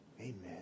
Amen